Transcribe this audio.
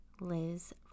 Liz